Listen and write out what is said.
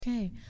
Okay